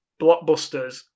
blockbusters